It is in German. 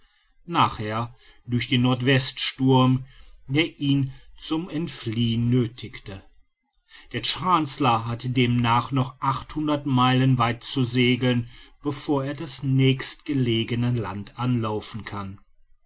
nachher durch den nordweststurm der ihn zum entfliehen nöthigte der chancellor hat demnach noch meilen weit zu segeln bevor er das nächst gelegene land anlaufen kann